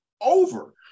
over